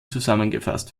zusammengefasst